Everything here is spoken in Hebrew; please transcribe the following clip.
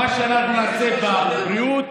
מה שאנחנו נעשה בבריאות